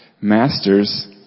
Masters